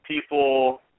People